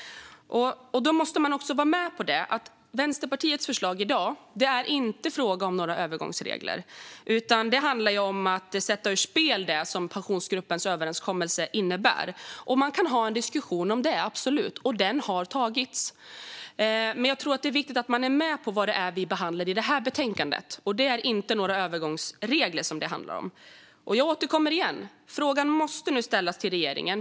Vänsterpartiet föreslår inga övergångsregler utan vill sätta Pensionsgruppens överenskommelse ur spel. Man kan absolut ha en diskussion om det, och den har förts. Men jag tror att det är viktigt att vara med på vad det är vi behandlar i detta betänkande, och det handlar inte om några övergångsregler. Jag upprepar att frågan måste ställas till regeringen.